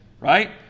right